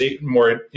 more